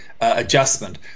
adjustment